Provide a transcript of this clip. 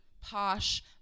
posh